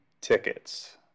tickets